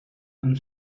and